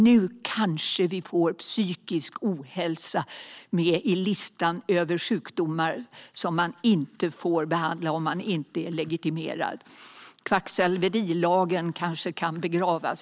Nu kanske psykisk ohälsa kommer med i listan över sjukdomar som man inte får behandla om man inte är legitimerad. Kvacksalverilagen kanske kan begravas.